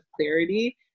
clarity